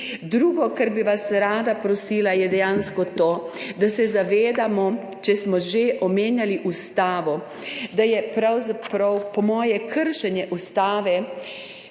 Drugo, kar bi vas rada prosila, je dejansko to, da se zavedamo, če smo že omenjali ustavo, da je pravzaprav po moje kršenje ustave